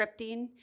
scripting